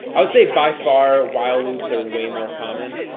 i would say by far while loops are way more common,